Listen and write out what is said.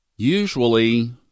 Usually